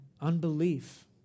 unbelief